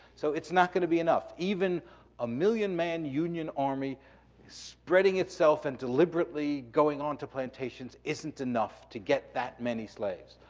so, it's not gonna be enough. even a million man union army spreading itself and deliberately going onto plantations isn't enough to get that many slaves.